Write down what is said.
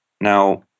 Now